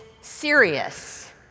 serious